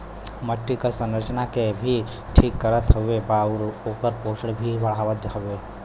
मट्टी क संरचना के भी ठीक करत हउवे आउर ओकर पोषण भी बढ़ावत हउवे